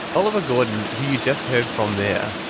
oliver gordon. who you just heard from there.